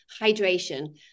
Hydration